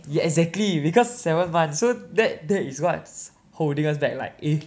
ya exactly because seven month so that that is what's holding us back like in